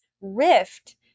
rift